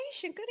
Good